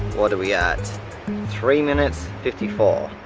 what do we add three minutes fifty four